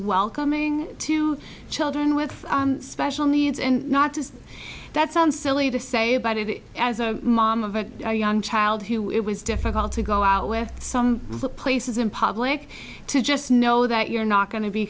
welcoming to children with special needs and not just that sounds silly to say about it as a mom of a young child who it was difficult to go out with some of the places in public to just know that you're not going to be